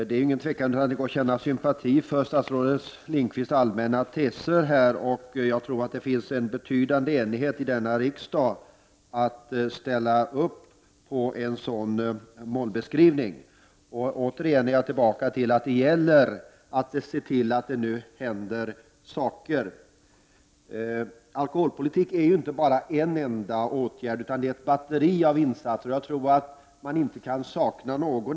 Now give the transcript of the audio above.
Herr talman! Det är utan tvivel lätt att känna sympati för statsrådet Lindqvists allmänna teser. Jag tror att det finns en betydande enighet här i riksdagen om att ställa sig bakom en sådan målbeskrivning. Åter vill jag säga att det gäller att se till att det nu händer saker. Alkoholpolitik är inte bara en enda åtgärd utan ett batteri av insatser. Jag tror inte att någon åtgärd kan saknas.